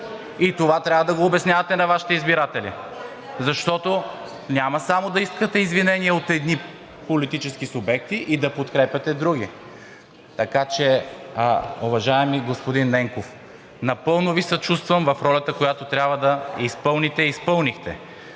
Това трябва да го обяснявате на Вашите избиратели, защото няма само да искате извинение от едни политически субекти и да подкрепяте други. Така че, уважаеми господин Ненков, напълно Ви съчувствам в ролята, която трябва да изпълните и изпълнихте.